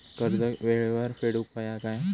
कर्ज येळेवर फेडूक होया काय?